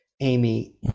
Amy